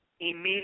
immediate